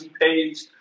page